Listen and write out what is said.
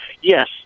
yes